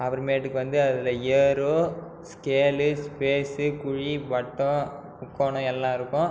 அப்புறமேட்டுக்கு வந்து அதில் ஏரோ ஸ்கேலு ஸ்பேஸ்சு குழி வட்டம் முக்கோணம் எல்லாம் இருக்கும்